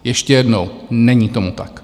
Ještě jednou: Není tomu tak!